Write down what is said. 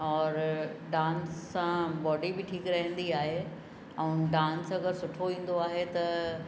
औरि डांस सां बॉडी बि ठीकु रहंदी आहे ऐं डांस अगरि सुठो ईंदो आहे त